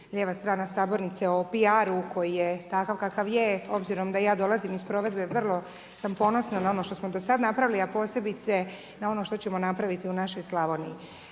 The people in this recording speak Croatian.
lijeva strana sabornice o piaru koji je takav kakav je, obzirom da ja dolazim iz provedbe, vrlo sam ponosna na ono što smo do sada napravili, a posebice na ono što ćemo napraviti u našoj Slavoniji.